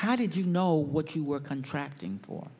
how did you know what you were contracting for